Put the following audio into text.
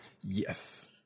Yes